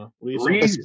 read